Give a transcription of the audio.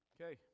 Okay